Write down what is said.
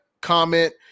comment